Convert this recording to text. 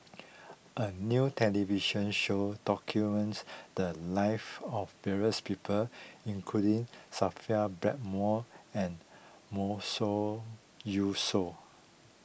a new television show documents the lives of various people including Sophia Blackmore and Yusof